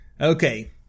Okay